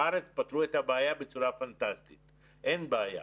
בארץ פתרו את הבעיה בצורה פנטסטית אין בעיה,